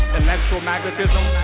electromagnetism